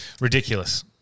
ridiculous